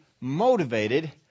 motivated